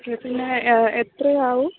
പിന്നെ എത്രയാവും